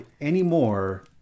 anymore